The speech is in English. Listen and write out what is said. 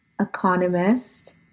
Economist